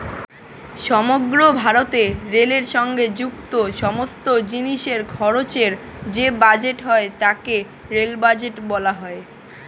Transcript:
সমগ্র ভারতে রেলের সঙ্গে যুক্ত সমস্ত জিনিসের খরচের যে বাজেট হয় তাকে রেল বাজেট বলা হয়